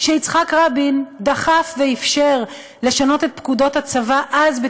שיצחק רבין דחף ואפשר לשנות את פקודות הצבא אז,